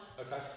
Okay